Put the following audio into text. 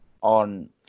on